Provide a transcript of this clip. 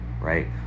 right